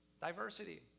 Diversity